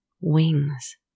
Wings